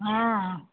हँ